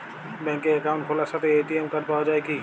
ব্যাঙ্কে অ্যাকাউন্ট খোলার সাথেই এ.টি.এম কার্ড পাওয়া যায় কি?